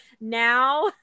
Now